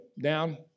Down